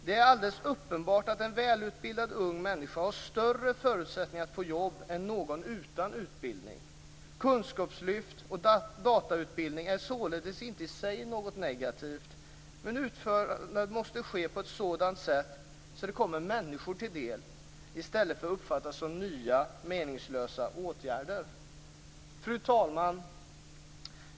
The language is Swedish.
Det är alldeles uppenbart att en välutbildad ung människa har större förutsättningar att få jobb en någon utan utbildning. Kunskapslyft och datautbildning är således inte i sig något negativt. Men utförandet måste ske på ett sådant sätt att det kommer människor till del i stället för att det uppfattas som nya meningslösa åtgärder. Fru talman!